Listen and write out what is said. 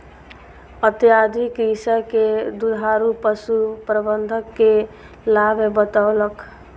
अधिकारी कृषक के दुधारू पशु प्रबंधन के लाभ बतौलक